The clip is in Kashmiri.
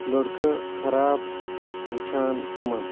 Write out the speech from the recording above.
لڑکہٕ خراب وٕچھان تِمن